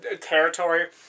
territory